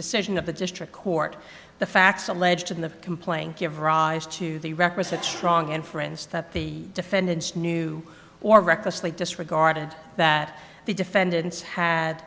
decision of the district court the facts alleged in the complaint give rise to the requisite strong and friends that the defendants knew or recklessly disregarded that the defendants had